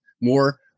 more